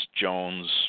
Jones